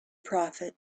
prophet